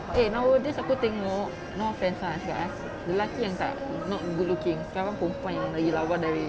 eh nowadays aku tengok no offense lah aku cakap eh lelaki yang tak not good looking sekarang perempuan yang lagi lawa dari